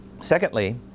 Secondly